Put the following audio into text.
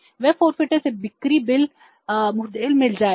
वे forfaiter से बिक्री bill मुठभेड़ मिल जाएगा